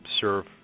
serve